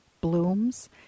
Blooms